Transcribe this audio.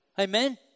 Amen